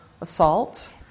assault